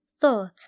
thought